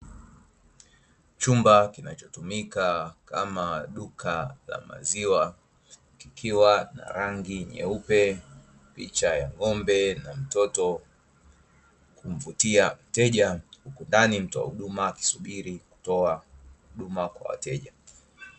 Chumba kinachotumika kama duka la maziwa kikiwa na rangi nyeupe, picha ya mtoto ili kumvutia mteja, Huku ndani mtoa huduma akisubiri kutoa huduma kwa wateja.